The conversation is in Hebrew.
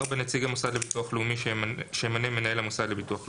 נציג המוסד לביטוח לאומי שימנה מנהל המוסד לביטוח לאומי.